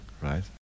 Right